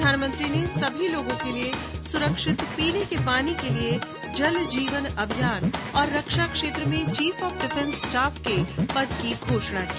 प्रधानमंत्री ने सभी लोगों के लिए सुरक्षित पीने के पानी के लिए जलजीवन अभियान और रक्षा क्षेत्र में चीफ ऑफ डिफेंस स्टाफ के पद की घोषणा की